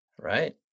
Right